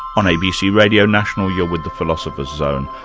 on abc radio national you're with the philosopher's zone.